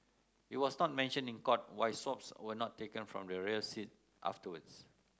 it was not mentioned in court why swabs were not taken from the rear seat afterwards